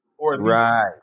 Right